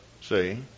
See